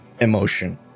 emotion